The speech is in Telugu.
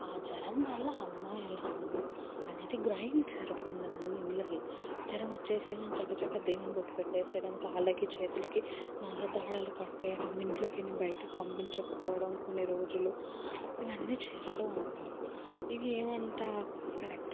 ఆ జరం వల్ల అమ్మాయి అలా ఉంది అనేది గ్రహించరు కొంతమంది ఇంట్లల్లో జరం వచ్చేసేగానే చెకచెకా దేవుని బొట్టు పెట్టేసేయడం కాళ్ళకి చేతులకి నల్ల దారాలు కట్టేయడం ఇంట్లొకిని బయటికి పంపించకపోవడం కొన్ని రోజులు ఇవ్వన్నీ చేస్తూ ఉంటారు ఇవి ఏవి అంత కరెక్ట్ కావు